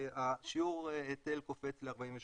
שיעור ההיטל קופץ ל-42%.